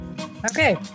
Okay